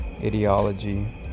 ideology